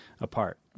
apart